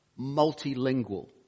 multilingual